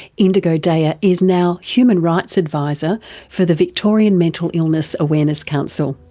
indigo daya is now human rights advisor for the victorian mental illness awareness council.